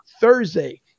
Thursday